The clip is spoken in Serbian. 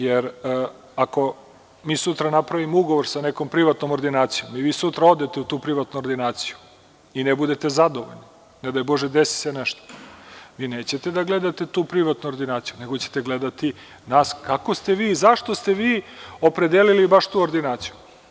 Jer, ako mi sutra napravimo ugovor sa nekom privatnom ordinacijom i vi sutra odete u tu privatno ordinaciju i ne budete zadovoljni, ne daj bože desi se nešto, vi nećete da gledate tu privatnu ordinaciju, nego ćete gledati nas kako ste vi i zašto ste vi opredelili baš tu ordinaciju.